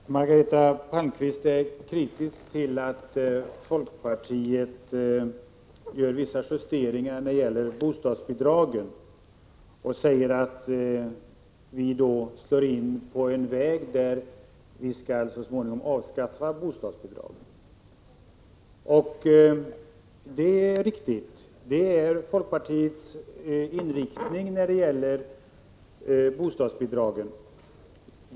Herr talman! Margareta Palmqvist är kritisk mot att folkpartiet vill göra vissa justeringar av bostadsbidragen och säger att vi då slår in på en väg som innebär att vi så småningom vill avskaffa bostadsbidragen. Ja, detta är folkpartiets inriktning när det gäller bostadsbidragen.